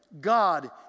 God